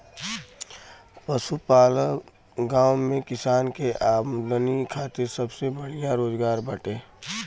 पशुपालन गांव में किसान के आमदनी खातिर सबसे बढ़िया रोजगार बाटे